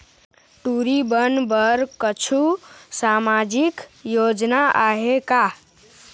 टूरी बन बर कछु सामाजिक योजना आहे का?